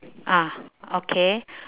ah okay